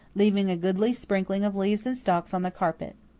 leaving a goodly sprinkling of leaves and stalks on the carpet.